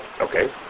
Okay